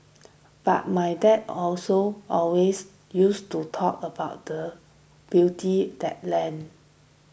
but my dad also always used to talk about the beauty that land